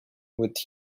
with